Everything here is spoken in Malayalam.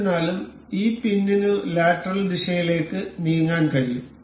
എന്നിരുന്നാലും ഈ പിന്നിനു ലാറ്ററൽ ദിശയിലേക്ക് നീങ്ങാൻ കഴിയും